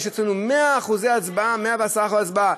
יש אצלנו 100% הצבעה, 110% הצבעה.